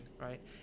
right